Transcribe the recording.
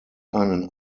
einen